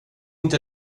inte